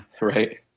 Right